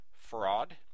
fraud